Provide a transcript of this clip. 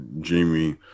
Jamie